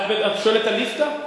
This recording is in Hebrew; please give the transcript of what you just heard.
את שואלת על ליפתא?